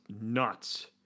nuts